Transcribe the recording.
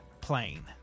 plane